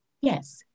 Yes